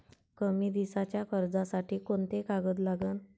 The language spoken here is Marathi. कमी दिसाच्या कर्जासाठी कोंते कागद लागन?